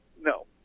No